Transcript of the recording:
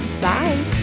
bye